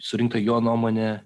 surinkta jo nuomone